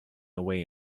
away